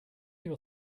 your